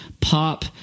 pop